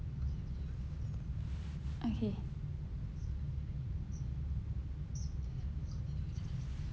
okay